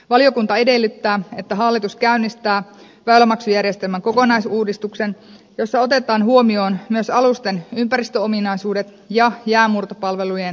valiokunta edellyttää että hallitus käynnistää väylämaksujärjestelmän kokonaisuudistuksen jossa otetaan huomioon myös alusten ympäristöominaisuudet ja jäänmurtopalvelujen tosiasiallinen käyttö